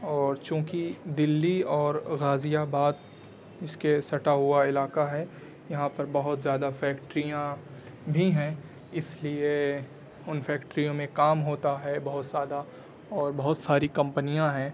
اور چونکہ دلّی اور غازی آباد اس کے سٹا ہوا علاقہ ہے یہاں پر بہت زیادہ فیکٹریاں بھی ہیں اس لیے ان فیکٹریوں میں کام ہوتا ہے بہت زیادہ اور بہت ساری کمپنیاں ہیں